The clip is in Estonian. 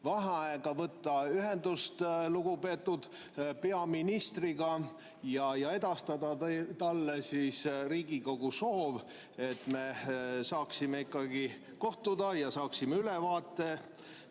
vaheaega, võtta ühendust lugupeetud peaministriga ja edastada talle Riigikogu soov, et me saaksime ikkagi kohtuda ja saaksime ülevaate